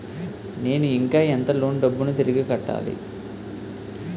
నేను ఇంకా ఎంత లోన్ డబ్బును తిరిగి కట్టాలి?